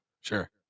Sure